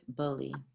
bully